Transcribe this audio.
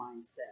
mindset